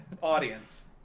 audience